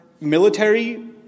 military